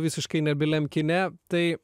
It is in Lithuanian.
visiškai nebyliam kine tai